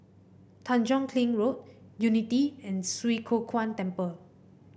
Tanjong Kling Road Unity and Swee Kow Kuan Temple